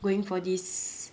going for this